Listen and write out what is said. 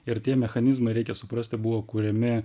ir tie mechanizmai reikia suprasti buvo kuriami